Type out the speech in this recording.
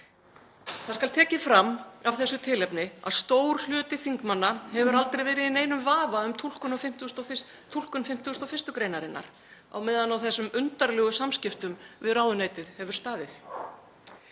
Það skal tekið fram af þessu tilefni að stór hluti þingmanna hefur aldrei verið í neinum vafa um túlkun 51. gr. á meðan á þessum undarlegu samskiptum við ráðuneytið hefur staðið.